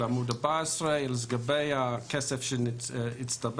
לגבי הכסף שהצטבר